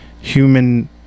human